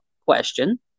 question